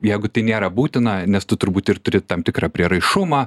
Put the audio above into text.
jeigu tai nėra būtina nes tu turbūt ir turi tam tikrą prieraišumą